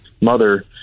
mother